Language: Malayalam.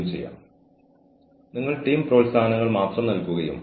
ആ വ്യക്തിയുടെ മുൻകാല റെക്കോർഡ് എന്താണെന്ന് നിങ്ങൾക്കറിയാമോ